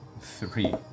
three